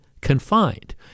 confined